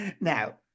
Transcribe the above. Now